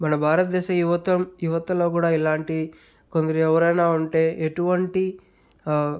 మన భారతదేశ యువత యువతలో కూడా ఇలాంటి కొందరు ఎవరైనా ఉంటే ఎటువంటి